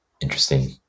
interesting